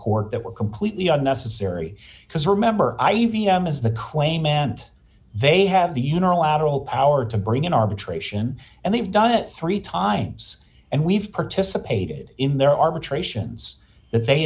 court that were completely unnecessary because remember i am is the claim and they have the unilateral power to bring in arbitration and they've done it three times and we've participated in their arbitrations that they